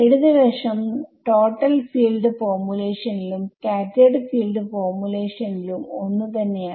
ഇടത് വശം total field formulation ലും സ്കാറ്റർഡ് ഫീൽഡ് ഫോർമുലേഷൻ ലും ഒന്ന് തന്നെയാണ്